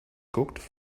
guckt